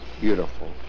beautiful